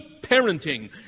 parenting